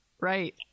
right